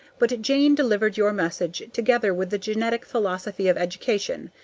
but jane delivered your message, together with the genetic philosophy of education.